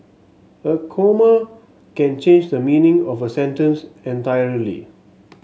a comma can change the meaning of a sentence entirely